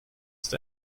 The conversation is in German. ist